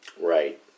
Right